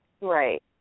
Right